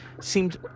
seemed